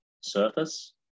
surface